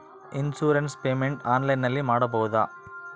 Insurance payment ಆನ್ಲೈನಿನಲ್ಲಿ ಮಾಡಬಹುದಾ?